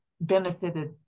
benefited